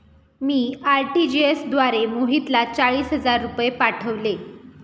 मी RTGS द्वारे मोहितला चाळीस हजार रुपये पाठवले